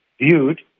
viewed